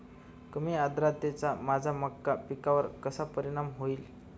कमी आर्द्रतेचा माझ्या मका पिकावर कसा परिणाम होईल?